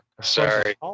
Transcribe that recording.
Sorry